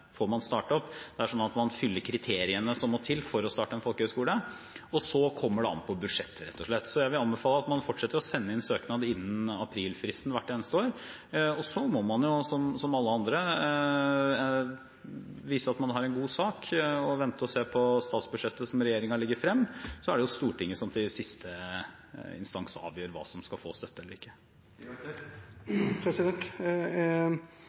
kriteriene som må til for å starte en folkehøyskole, og så kommer det an på budsjettet, rett og slett. Jeg vil anbefale at man fortsetter å sende inn søknad innen aprilfristen hvert eneste år, og så må man som alle andre vise at man har en god sak, og vente og se på statsbudsjettet som regjeringen legger frem. Det er Stortinget som i siste instans avgjør hva som skal få støtte eller ikke.